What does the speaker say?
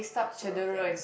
sort of there